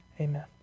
amen